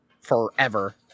forever